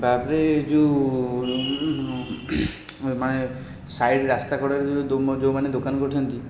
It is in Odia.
ତା'ପରେ ଯେଉଁ ମାନେ ସାଇଡ଼ ରାସ୍ତାକଡ଼ରେ ଯେଉଁମାନେ ଦୋକାନ କରିଛନ୍ତି